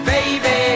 Baby